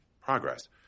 progress